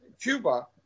Cuba